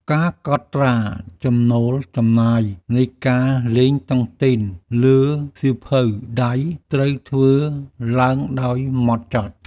ការកត់ត្រាចំណូលចំណាយនៃការលេងតុងទីនលើសៀវភៅដៃ ត្រូវធ្វើឡើងដោយហ្មត់ចត់។